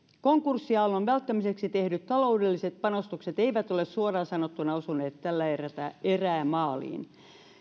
konkurssiaallon välttämiseksi tehdyt taloudelliset panostukset eivät ole suoraan sanottuna osuneet tällä erää maaliin